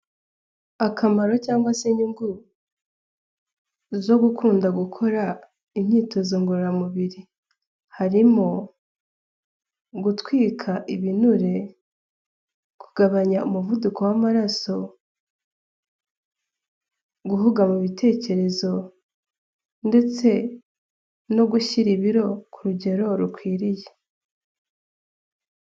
Akamaro cyangwa se inyungu zo gukunda gukora imyitozo ngororamubiri, harimo gutwika ibinure, kugabanya umuvuduko w'amaraso, guhuga mu bitekerezo ndetse no gushyira ibiro ku rugero rukwiriye.